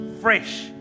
fresh